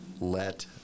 let